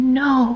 no